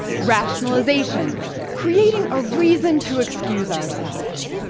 rationalization creating a reason to excuse ourselves.